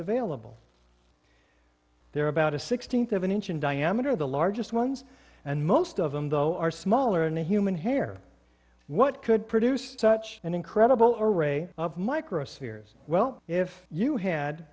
available there are about a sixteenth of an inch in diameter the largest ones and most of them though are smaller and the human hair what could produce such an incredible array of microspheres well if you had